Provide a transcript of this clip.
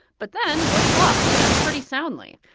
but then bush lost, and pretty soundly.